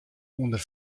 ûnder